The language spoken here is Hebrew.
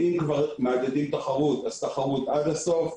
אם כבר מעודדים תחרות אז תחרות עד הסוף.